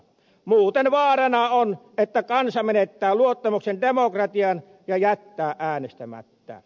muuten vaarana on että kansa menettää luottamuksen demokratiaan ja jättää äänestämättä